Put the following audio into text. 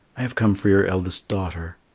i have come for your eldest daughter.